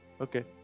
Okay